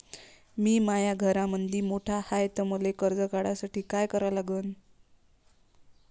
मी माया घरामंदी मोठा हाय त मले कर्ज काढासाठी काय करा लागन?